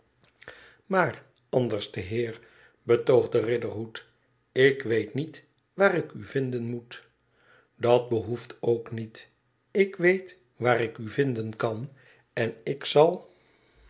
maar anderste heer betoogde riderhood lik weet niet waar ik u vinden moet dat behoeft ook niet ik weet waar ik u vinden kan en ik zal